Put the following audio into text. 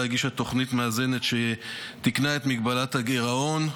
הגישה תוכנית מאזנת שתיקנה את מגבלת הגירעון.